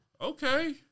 Okay